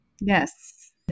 Yes